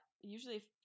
Usually